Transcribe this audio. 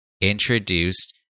introduced